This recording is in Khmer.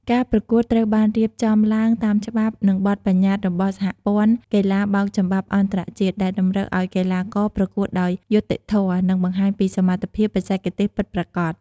ការប្រកួតត្រូវបានរៀបចំឡើងតាមច្បាប់ និងបទប្បញ្ញត្តិរបស់សហព័ន្ធកីឡាបោកចំបាប់អន្តរជាតិ ដែលតម្រូវឱ្យកីឡាករប្រកួតដោយយុត្តិធម៌ និងបង្ហាញពីសមត្ថភាពបច្ចេកទេសពិតប្រាកដ។